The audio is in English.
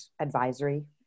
advisory